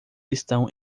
estão